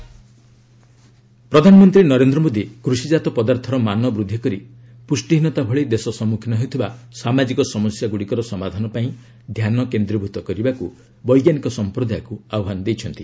PM CSIR ପ୍ରଧାନମନ୍ତ୍ରୀ ନରେନ୍ଦ୍ର ମୋଦୀ କୃଷିଜାତ ପଦାର୍ଥର ମାନ ବୃଦ୍ଧି କରି ପୁଷ୍ଟିହୀନତା ଭଳି ଦେଶ ସମ୍ମୁଖୀନ ହେଉଥିବା ସାମାଜିକ ସମସ୍ୟାଗୁଡ଼ିକର ସମାଧାନ ପାଇଁ ଧ୍ୟାନ କେନ୍ଦ୍ରୀଭୂତ କରିବାକୁ ବୈଜ୍ଞାନିକ ସମ୍ପ୍ରଦାୟକୁ ଆହ୍ୱାନ ଦେଇଛନ୍ତି